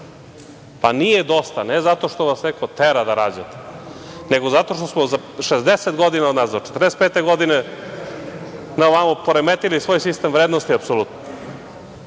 Pa, nije dosta, ne zato što vas neko tera da rađate, nego zato što smo za 60 godina u nazad, od 1945. godine na ovamo smo poremetili svoj sistem vrednosti, apsolutno. Zato